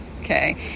okay